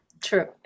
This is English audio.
True